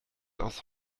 aus